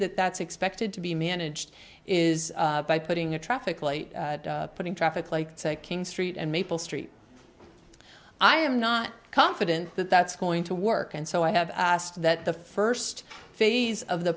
that that's expected to be managed is by putting a traffic light putting traffic like king street and maple street i am not confident that that's going to work and so i have asked that the first phase of the